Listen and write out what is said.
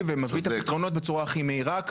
ומביא את הפתרונות בצורה הכי מהירה,